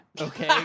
okay